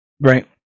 Right